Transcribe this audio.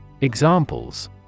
Examples